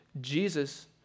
Jesus